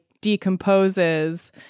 decomposes